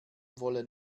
wollen